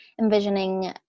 envisioning